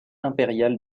impériale